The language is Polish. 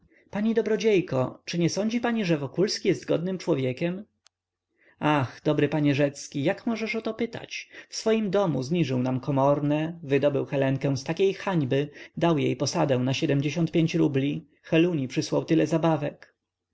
pani dobrodziejko czy sądzi pani że wokulski jest godnym człowiekiem ach dobry panie rzecki jak możesz o to pytać w swoim domu zniżył nam komorne wydobył helenkę z takiej hańby dał jej posadę na siedm rubli heluni przysłał tyle zabawek